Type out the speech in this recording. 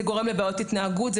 זה גורם לבעיות התנהגות,